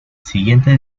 siguiente